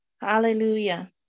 Hallelujah